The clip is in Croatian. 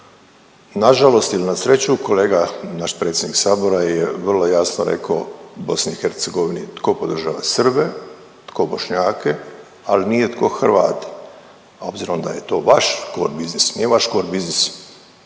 Nažalost ili na sreću kolega naš predsjednik sabora ja vrlo jasno rekao BiH tko podržava Srbe, tko Bošnjake, ali nije tko Hrvate, a obzirom da je to vaš core bussines nje vaš core bussines